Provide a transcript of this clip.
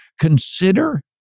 Consider